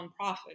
nonprofit